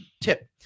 tip